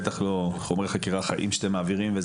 בטח לא חומרי חקירה חיים שאתם מעבירים.